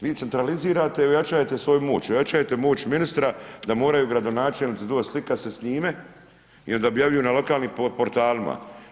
Vi centralizirate i ojačajte svoju moć, ojačajte moć ministra, da moraju gradonačelnici doć slikat se s njime, i onda objavljuju na lokalnim portali.